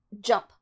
jump